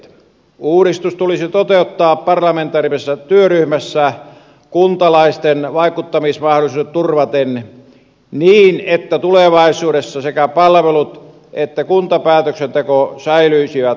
uudistus tulisi toteuttaa parlamentaarisessa työryhmässä kuntalaisten vaikuttamismahdollisuudet turvaten niin että tulevaisuudessa sekä palvelut että kuntapäätöksenteko säilyisivät paikallisella tasollaan